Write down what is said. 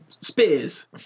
spears